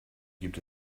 gibt